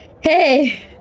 Hey